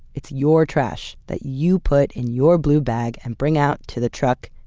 it's your trash, that you put in your blue bag, and bring out to the truck,